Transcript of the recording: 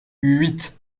huit